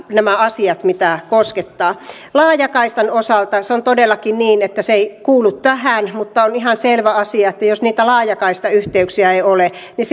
nämä asiat tulisivat sitten sähköisenä mitkä koskettavat laajakaistan osalta se on todellakin niin että se ei kuulu tähän mutta on ihan selvä asia että jos niitä laajakaistayhteyksiä ei ole niin